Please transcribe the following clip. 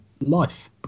life